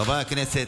חברי הכנסת,